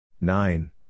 nine